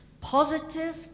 positive